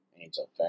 Angel